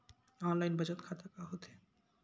Online बचत खाता का होथे?